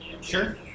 Sure